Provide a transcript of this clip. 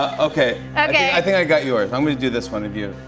ah okay. okay. i think i got yours. i'm going to do this one of you.